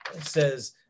says